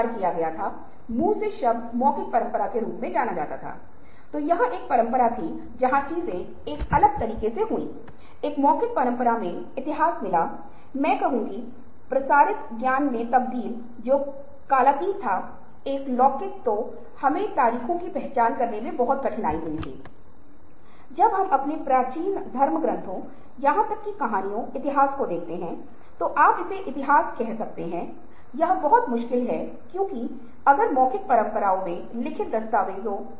सभी समय जानकारी के कई स्रोत सभी समय जानकारी के एकल स्रोत की तुलना में बेहतर है कि कर्मचारियों की अनुपस्थिति क्यों हो रही है